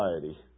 society